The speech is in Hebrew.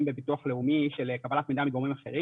בביטוח לאומי של קבלת מידע מגורמים אחרים,